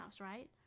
right